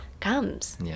comes